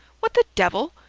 what the devil?